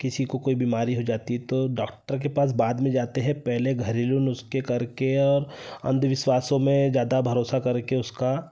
किसी को कोई बीमारी हो जाती है तो डॉक्टर के पास बाद में जाते हैं पहले घरेलू नुस्खे करके और अंधविश्वासों में ज्यादा भरोसा करके उसका